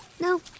No